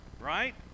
right